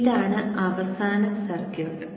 ഇതാണ് അവസാന സർക്യൂട്ട്